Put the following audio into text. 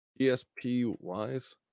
ESPYs